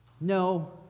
No